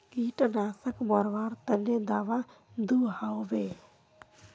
कीटनाशक मरवार तने दाबा दुआहोबे?